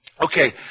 Okay